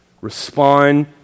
Respond